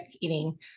eating